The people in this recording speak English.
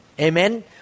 Amen